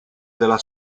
della